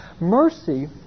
Mercy